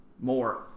more